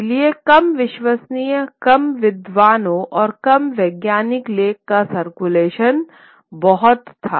इसलिए कम विश्वसनीयकम विद्वानों और कम वैज्ञानिक लेखन का सर्कुलेशन बहुत था